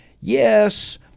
yes